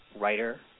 writer